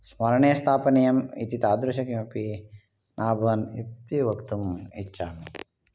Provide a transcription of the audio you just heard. स्मरणेस्थापनीयम् इति तादृशं किमपि न अभवन् इति वक्तुम् इच्छामि